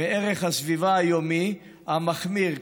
מערך הסביבה היומי המחמיר,